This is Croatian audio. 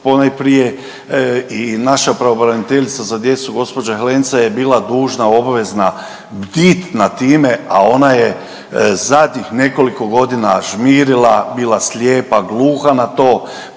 ponajprije i naša pravobraniteljica za djecu gđa. Helenca je bila dužna i obvezna bdit nad time, a ona je zadnjih nekoliko godina žmirila, bila slijepa, gluha na to,